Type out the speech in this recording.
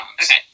okay